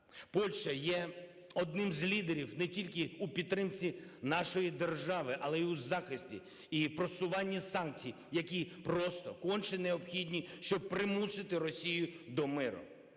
Польща є одним з лідерів не тільки у підтримці нашої держави, але і у захисті, і просуванні санкцій, які просто конче необхідні, щоб примусити Росію до миру.